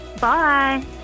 Bye